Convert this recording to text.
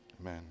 Amen